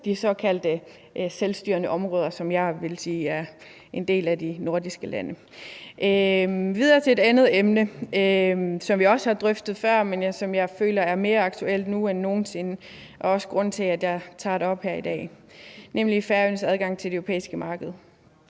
de såkaldte selvstyrende områder, som jeg vil sige er en del af de nordiske lande. Så vil jeg gå videre til et andet emne, som vi også har drøftet før, men som jeg føler er mere aktuelt nu end nogen sinde før, og det er også grunden til, at jeg tager det op her i dag, nemlig Færøernes adgang til det europæiske marked.